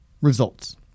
results